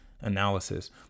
analysis